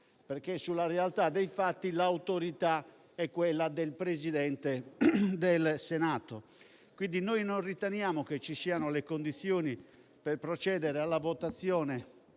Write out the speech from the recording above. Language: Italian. perché sulla realtà dei fatti l'autorità è quella del Presidente del Senato. Noi non riteniamo dunque che ci siano le condizioni per procedere alla votazione